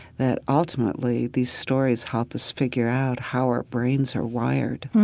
that ultimately these stories help us figure out how our brains are wired